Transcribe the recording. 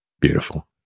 Beautiful